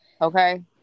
Okay